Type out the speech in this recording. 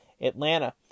Atlanta